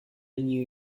new